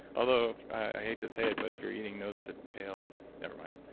although i hate to say it but if you're eating nose to tail, never mind.